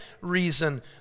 reason